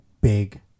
big